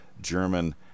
German